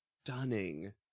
stunning